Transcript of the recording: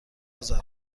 اذر